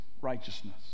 righteousness